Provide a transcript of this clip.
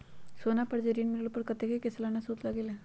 सोना पर जे ऋन मिलेलु ओपर कतेक के सालाना सुद लगेल?